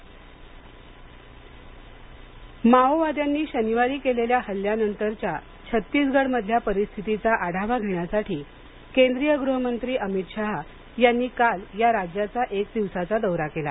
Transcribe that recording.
छत्तीसगड अमित शहा माओवाद्यांनी शनिवारी केलेल्या हल्ल्यानंतरच्या छत्तीसगडमधल्या परिस्थितीचा आढावा घेण्यासाठी केंद्रीय गृहमंत्री अमित शहा यांनी काल या राज्याचा एक दिवसाचा दौरा केला